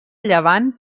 llevant